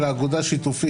אלא אגודה שיתופית.